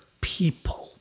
people